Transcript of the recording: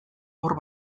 hor